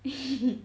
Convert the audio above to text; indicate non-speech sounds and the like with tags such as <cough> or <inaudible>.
<laughs>